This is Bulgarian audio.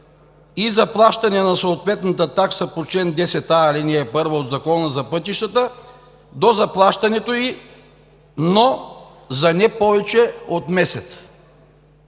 и заплащане на съответната такса по чл. 10а, ал. 1 от Закона за пътищата, до заплащането ѝ, но за не повече от месец.“